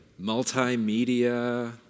multimedia